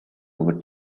over